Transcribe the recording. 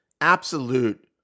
absolute –